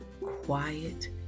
quiet